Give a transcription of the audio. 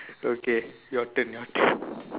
okay your turn your turn